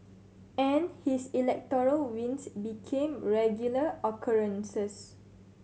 and his electoral wins became regular occurrences